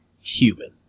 human